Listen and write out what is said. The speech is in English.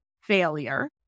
failure